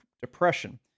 depression